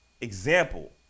example